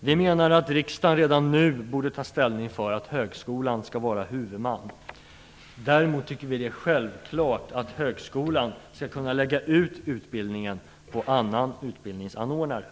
Vi menar att riksdagen redan nu borde ta ställning för att högskolan skall vara huvudman. Däremot tycker vi att det är självklart att högskolan skall kunna lägga ut utbildningen på annan utbildningsanordnare.